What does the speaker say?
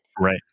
right